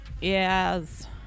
yes